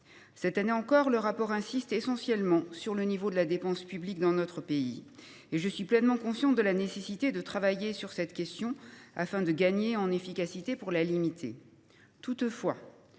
Cette année encore, le rapport insiste essentiellement sur le niveau de la dépense publique dans notre pays. Certes, je suis pleinement consciente de la nécessité de travailler sur cette question afin de gagner en efficacité et ainsi de limiter cette